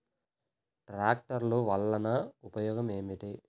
ట్రాక్టర్లు వల్లన ఉపయోగం ఏమిటీ?